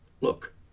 look